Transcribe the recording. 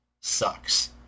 sucks